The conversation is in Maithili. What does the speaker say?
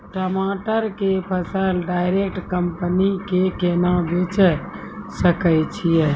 टमाटर के फसल डायरेक्ट कंपनी के केना बेचे सकय छियै?